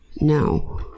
No